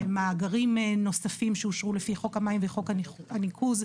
מאגרים נוספים שאושרו לפי חוק המים וחוק הניקוז,